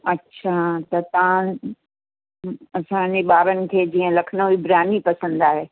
अच्छा त तव्हां असांजे ॿारनि खे जीअं लखनऊ जी बिरयानी पसंदि आहे